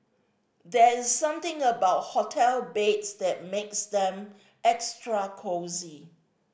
there is something about hotel beds that makes them extra cosy